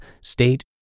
state